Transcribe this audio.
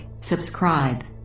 subscribe